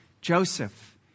Joseph